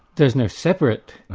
there's no separate,